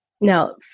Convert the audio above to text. now